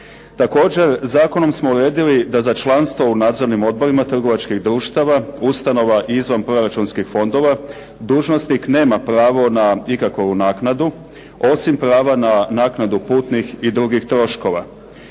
Također zakonom smo uredili da za članstvo u nadzornim odborima trgovačkih društava, ustanova i izvanproračunskih fondova dužnosnik nema pravo na ikakovu naknadu, osim prava na naknadu putnih i drugih troškova.